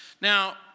Now